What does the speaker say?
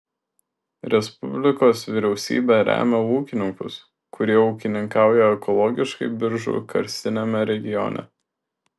respublikos vyriausybė remia ūkininkus kurie ūkininkauja ekologiškai biržų karstiniame regione